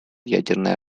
ядерное